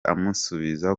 amusubiza